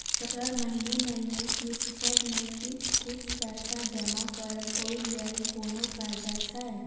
Sir महीने महीने किस्तसभ मे किछ कुछ पैसा जमा करब ओई लेल कोनो कर्जा छैय?